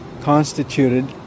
constituted